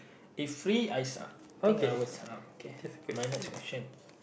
if free I think I will set up okay mine next question